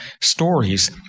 stories